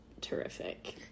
terrific